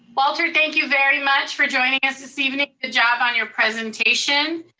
walter, thank you very much for joining us this evening. good job on your presentation.